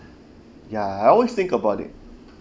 ya I always think about it